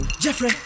Jeffrey